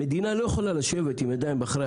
המדינה לא יכולה לשבת עם ידיים מאחורי